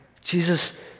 Jesus